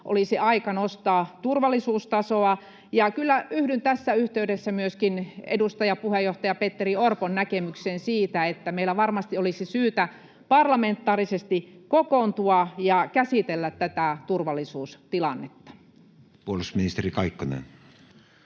olisi aika nostaa turvallisuustasoa? Ja kyllä yhdyn tässä yhteydessä myöskin edustaja, puheenjohtaja Petteri Orpon näkemykseen siitä, että meillä varmasti olisi syytä parlamentaarisesti kokoontua ja käsitellä tätä turvallisuustilannetta. [Speech 64] Speaker: